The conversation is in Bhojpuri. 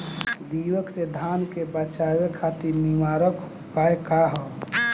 दिमक से धान के बचावे खातिर निवारक उपाय का ह?